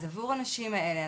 אז עבור הנשים האלה,